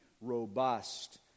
robust